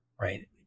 Right